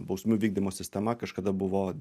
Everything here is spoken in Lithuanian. bausmių vykdymo sistema kažkada buvo